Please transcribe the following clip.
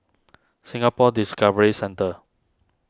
Singapore Discovery Centre